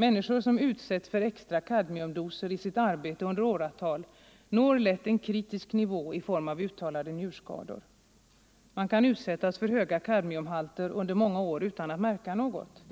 Människor som utsätts för extra kadmiumdoser i sitt arbete under åratal når lätt en kritisk nivå i form av uttalade njurskador. Man kan utsättas för Nr 124 höga kadmiumhalter under många år utan att märka något.